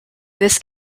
this